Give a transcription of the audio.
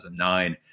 2009